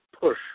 push